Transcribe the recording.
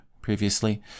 previously